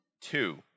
Two